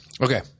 Okay